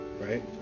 right